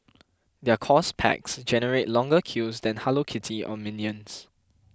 their course packs generate longer queues than Hello Kitty or minions